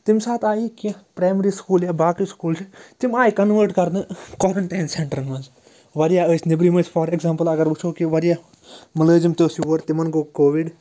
تَمہِ ساتہٕ آیہِ کیٚنٛہہ پرٛیمری سُکوٗل یا باقٕے سُکوٗل چھِ تِم آیہِ کَنوٲٹ کَرنہٕ کارَنٹین سٮ۪نٹرن منٛز وارِیاہ ٲسۍ نیٚبرِم ٲسۍ فار اٮ۪گزامپٕل اگر وٕچھو کہِ وارِیاہ مُلٲزِم تہِ ٲس یور تِمن گوٚو کووِڈ